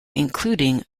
including